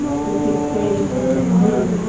to keep creating something new.